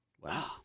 Wow